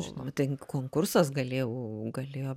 žinoma ten konkursas galėjo galėjo